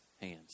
hands